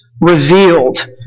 revealed